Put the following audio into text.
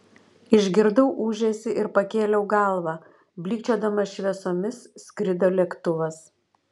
išgirdau ūžesį ir pakėliau galvą blykčiodamas šviesomis skrido lėktuvas